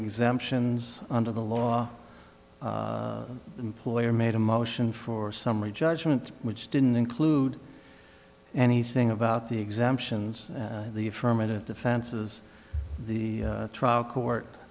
exemptions under the law employer made a motion for summary judgment which didn't include anything about the exemptions the affirmative defenses the trial court